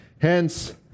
Hence